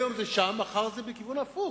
היום זה שם, מחר זה בכיוון ההפוך.